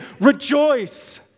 Rejoice